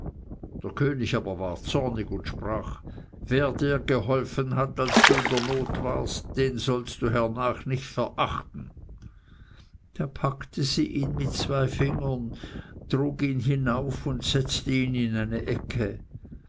der könig aber ward zornig und sprach wer dir geholfen hat als du in der not warst den sollst du hernach nicht verachten da packte sie ihn mit zwei fingern trug ihn hinauf und setzte ihn in eine ecke